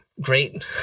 Great